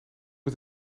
met